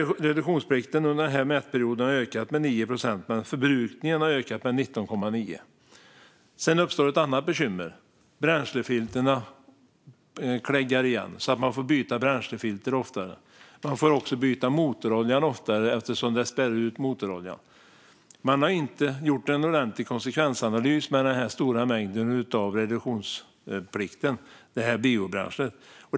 Reduktionsplikten under mätperioden har ökat med 9 procent, men förbrukningen har ökat med 19,9 procent. Sedan uppstår ett annat bekymmer: bränslefiltren kläggar igen så att man får byta dem oftare. Man får också byta motorolja oftare eftersom detta spär ut motoroljan. Det har inte gjorts någon ordentlig konsekvensanalys av den stora mängden biobränsle i reduktionsplikten.